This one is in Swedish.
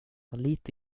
lite